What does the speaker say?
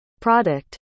product